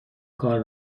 کار